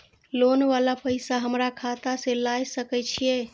Loan वाला पैसा हमरा खाता से लाय सके छीये?